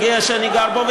וגאה שאני גר בו,